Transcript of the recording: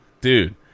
Dude